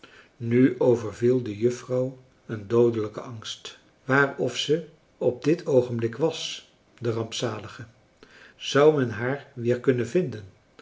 nu overviel de juffrouw een doodelijke angst waar of ze op dit oogenblik was de rampzalige zou men haar weer kunnen vinden